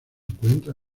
encuentra